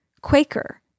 Quaker